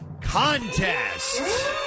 Contest